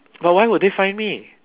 but why would they find me